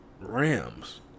Rams